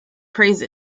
praise